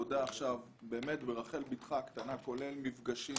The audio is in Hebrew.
עבודה באמת ברחל בתך הקטנה כולל מפגשים